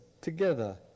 together